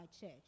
church